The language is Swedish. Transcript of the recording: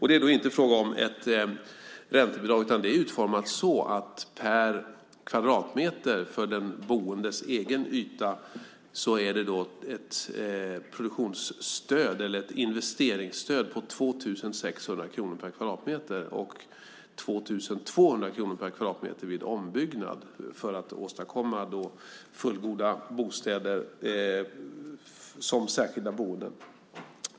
Det är då inte fråga om ett räntebidrag, utan det är utformat så att det för den boendes egen yta är ett investeringsstöd på 2 600 kronor per kvadratmeter och 2 200 kronor per kvadratmeter vid ombyggnad för att åstadkomma fullgoda bostäder som särskilda boenden.